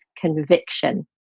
conviction